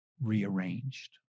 rearranged